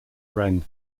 ren